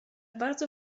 bardzo